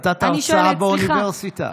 נתת הרצאה באוניברסיטה.